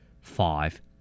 Five